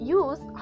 use